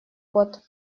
код